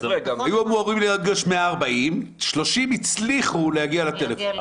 הם היו אמורים להגיש 140, 30 הצליחו להגיע לטלפון.